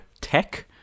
Tech